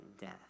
death